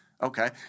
Okay